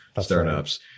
startups